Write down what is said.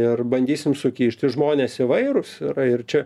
ir bandysim sukišti žmonės įvairūs ir čia